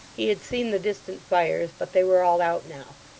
he had seen the distant fires, but they were all out now.